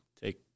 take